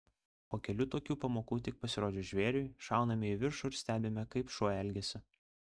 po kelių tokių pamokų tik pasirodžius žvėriui šauname į viršų ir stebime kaip šuo elgiasi